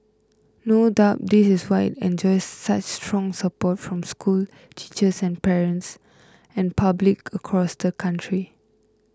no doubt this is why it enjoys such strong support from school teachers and parents and public across the country